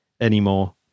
anymore